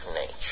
nature